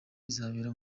izabera